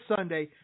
Sunday